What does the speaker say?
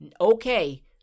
Okay